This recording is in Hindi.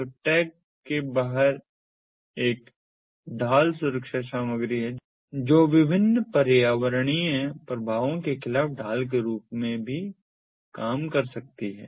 तो टैग के बाहर एक ढाल सुरक्षा सामग्री है जो विभिन्न पर्यावरणीय प्रभावों के खिलाफ ढाल के रूप में भी काम कर सकती है